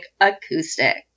Acoustic